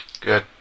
Good